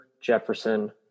Jefferson